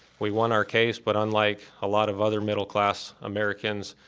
we won our case, but unlike a lot of other middle class americans,